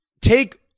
take